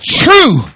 true